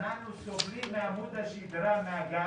אנחנו סובלים מעמוד השדרה, מהגב.